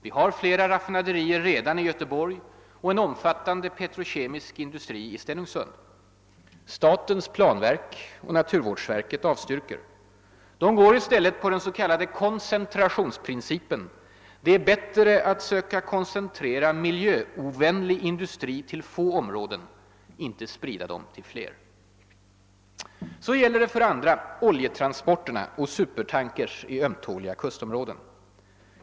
Vi har flera raffinaderier redan i Göteborg och en omfattande petrokemisk industri i Stenungsund. Statens planverk och naturvårdsverket avstyrker. De går i stället på den s.k. koncentrationsprincipen: det är bättre att söka koncentrera miljöovänlig industri till få områden, inte sprida den till fler. Så gäller det, för det andra, oljetransporterna och supertankers i ömtåliga kustområden.